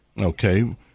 Okay